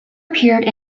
appeared